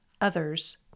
others